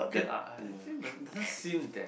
K lah actually doesn't seem that